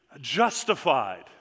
justified